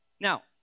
Now